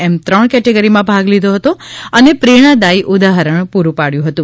એમ ત્રણ કેટેગરીમાં ભાગ લીધો હતો અને પ્રેરણાદાથી ઉદાહરણ પુરૂ પાડયું હતું